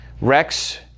Rex